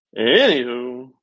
Anywho